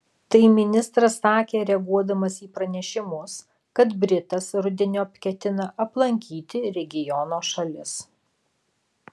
tai ministras sakė reaguodamas į pranešimus kad britas rudeniop ketina aplankyti regiono šalis